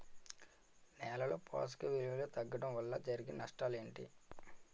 నేలలో పోషక విలువలు తగ్గడం వల్ల జరిగే నష్టాలేంటి?